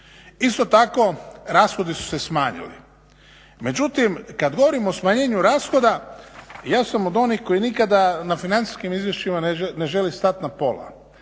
Isto tako rashodi su se smanjili, međutim kada govorimo o smanjenju rashoda ja sam od onih koji nikada na financijskim izvješćima ne želi stati na pola.